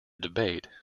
debate